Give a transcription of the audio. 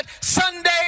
Sunday